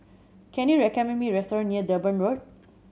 can you recommend me a restaurant near Durban Road